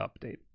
update